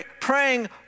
Praying